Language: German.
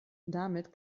damit